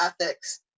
ethics